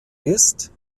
ist